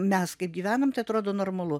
mes kaip gyvenam tai atrodo normalu